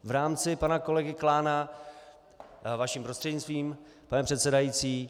V rámci pana kolegy Klána vaším prostřednictvím, pane předsedající.